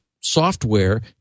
software